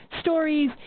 stories